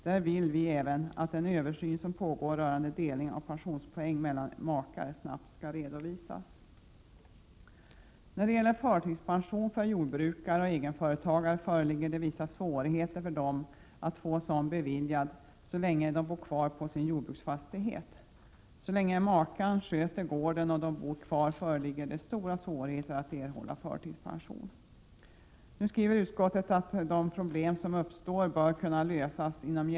Där vill vi även att den översyn som pågår rörande delning av pensionspoäng mellan makar snabbt skall redovisas. När det gäller förtidspension för jordbrukare och egenföretagare föreligger det vissa svårigheter för dem att få sådan beviljad så länge de bor kvar på sin jordbruksfastighet. Så länge makan sköter gården och de bor kvar föreligger det stora svårigheter att erhålla förtidspension. Nu skriver utskottet att de problem som uppstår bör kunna lösas inom Prot.